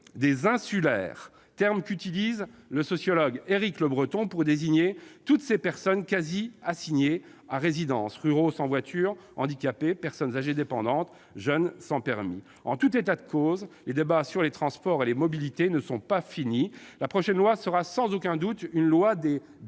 des « insulaires », terme utilisé par le sociologue Éric Le Breton pour désigner toutes ces personnes qui sont quasiment assignées à résidence : ruraux sans voiture, handicapés, personnes âgées dépendantes, jeunes sans permis. En tout état de cause, les débats sur les transports et les mobilités ne sont pas terminés. La prochaine loi sera sans aucun doute une loi d'orientation